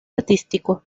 artístico